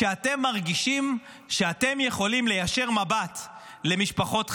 שאתם מרגישים שאתם יכולים להישיר מבט למשפחות החטופים,